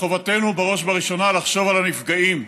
חובתנו בראש ובראשונה לחשוב על הנפגעים,